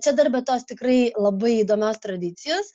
čia dar be tos tikrai labai įdomios tradicijos